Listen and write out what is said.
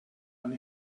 and